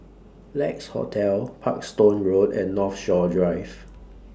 Lex Hotel Parkstone Road and Northshore Drive